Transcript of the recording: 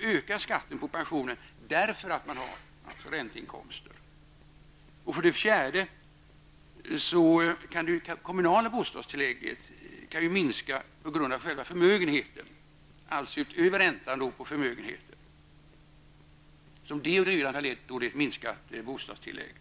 ökar skatten på pensionen, därför att man har ränteinkomster. För det fjärde kan det kommunala bostadstillägget minska på grund av själva förmögenheten, alltså utöver att räntan på förmögenheten redan har lett till minskat bostadstillägg.